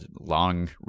long